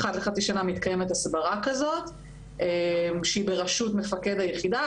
אחת לחצי שנה מתקיימת הסברה כזאת שהיא בראשות מפקד היחידה.